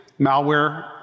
malware